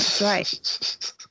right